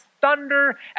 thunder